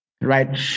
right